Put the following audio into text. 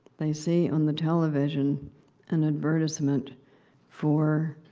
they see on the television an advertisement for